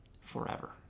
forever